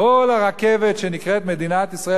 כל הרכבת שנקראת מדינת ישראל,